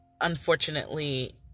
unfortunately